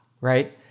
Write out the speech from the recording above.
right